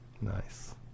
Nice. ¶¶